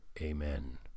Amen